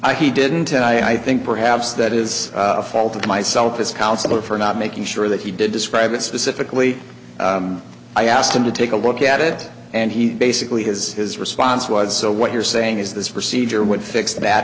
i he didn't and i think perhaps that is a fault of myself as counselor for not making sure that he did describe it specifically i asked him to take a look at it and he basically has his response was so what you're saying is this procedure w